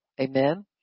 Amen